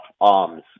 arms